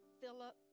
Philip